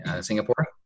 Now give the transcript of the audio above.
Singapore